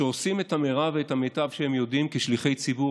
שעושים את המרב ואת המיטב שהם יודעים כשליחי ציבור,